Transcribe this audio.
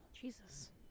Jesus